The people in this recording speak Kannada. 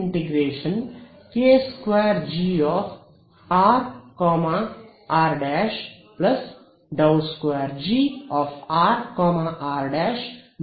ಈಗ ಏನು